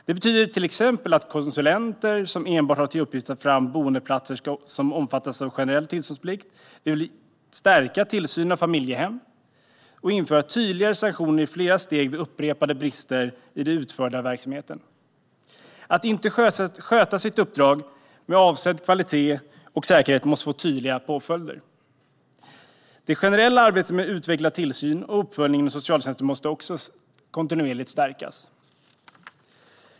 Det betyder till exempel att konsulenter som enbart har till uppgift att ta fram fler boendeplatser ska omfattas av en generell tillståndsplikt. Vi vill stärka tillsynen av familjehem och införa tydligare sanktioner i flera steg vid upprepade brister i den utförda verksamheten. Att inte sköta sitt uppdrag med avsedd kvalitet och säkerhet måste få tydliga påföljder. Det generella arbetet med att utveckla tillsyn och uppföljning inom socialtjänsten måste också stärkas kontinuerligt.